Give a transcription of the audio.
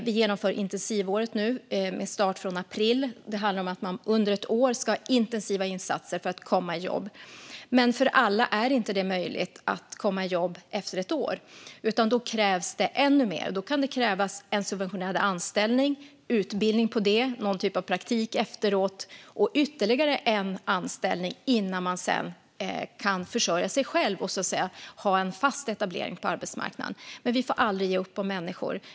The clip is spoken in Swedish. Vi genomför nu intensivåret med start från april. Det handlar om att man under ett år ska ha intensiva insatser för att komma i jobb. Men för alla är det inte möjligt att komma i jobb efter ett år, utan det krävs ännu mer. Då kan det krävas en subventionerad anställning, utbildning på det, någon typ av praktik efteråt och ytterligare en anställning innan man sedan kan försörja sig själv och ha en fast etablering på arbetsmarknaden. Men vi får aldrig ge upp om människor.